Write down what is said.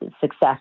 success